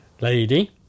Lady